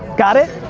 got it?